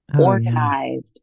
organized